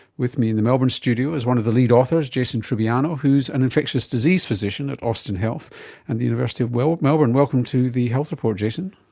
with me in the melbourne studio is one of the lead authors jason trubiano who's an infectious disease physician at austin health and the university of melbourne. welcome to the health report, jason.